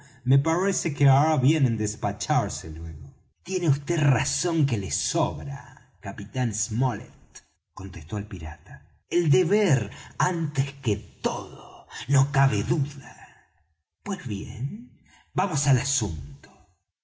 me parece que hará bien en despacharse luego tiene vd razón que le sobra capitán smollet contestó el pirata el deber antes que todo no cabe duda pues bien vamos al asunto